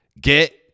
get